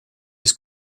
his